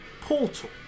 Portal